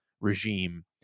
regime